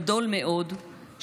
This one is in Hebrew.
גדול מאוד,